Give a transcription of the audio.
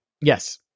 Yes